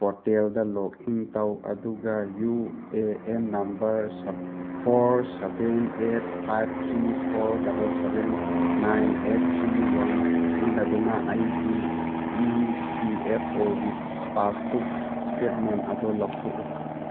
ꯄꯣꯔꯇꯦꯜꯗ log in ꯇꯧ ꯑꯗꯨꯒ U A N number four seven eight five three four double seven nine eight three one ꯁꯤꯖꯤꯟꯅꯗꯨꯅ ꯑꯩꯒꯤ E P F O ꯒꯤ passbook statement ꯑꯗꯨ ꯂꯧꯊꯣꯛꯎ